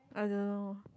I don't know